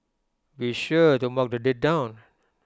be sure to mark the date down